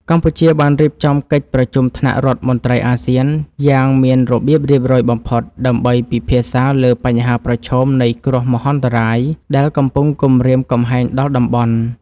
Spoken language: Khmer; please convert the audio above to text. កម្ពុជាបានរៀបចំកិច្ចប្រជុំថ្នាក់រដ្ឋមន្ត្រីអាស៊ាន យ៉ាងមានរបៀបរៀបរយបំផុត ដើម្បីពិភាក្សាលើបញ្ហាប្រឈមនៃគ្រោះមហន្តរាយដែលកំពុងគំរាមកំហែងដល់តំបន់។